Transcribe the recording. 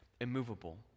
immovable